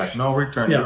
no return. yeah